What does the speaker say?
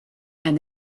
and